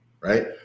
right